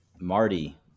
Marty